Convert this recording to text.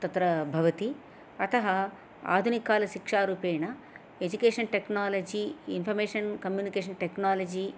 तत्र भवति अतः आधुनिकालशिक्षारूपेण education technology information communication technology